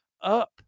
up